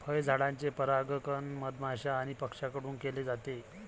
फळझाडांचे परागण मधमाश्या आणि पक्ष्यांकडून केले जाते